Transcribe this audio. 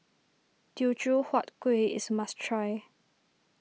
Teochew Huat Kueh is must try